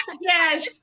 Yes